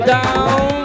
down